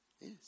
Yes